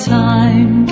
time